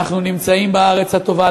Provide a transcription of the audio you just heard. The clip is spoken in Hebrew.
אנחנו נמצאים בארץ הטובה.